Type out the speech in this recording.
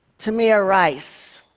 tamir rice.